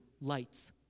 Light's